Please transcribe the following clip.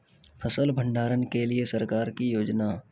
फसल भंडारण के लिए सरकार की योजना?